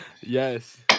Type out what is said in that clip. Yes